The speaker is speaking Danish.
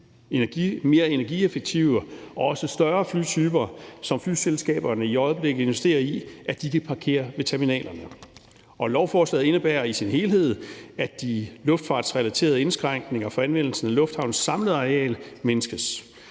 mere energieffektive og også større flytyper, som flyselskaberne i øjeblikket investerer i, kan parkere ved terminalerne. Lovforslaget indebærer i sin helhed, at de luftfartsrelaterede indskrænkninger for anvendelsen af lufthavnens samlede areal mindskes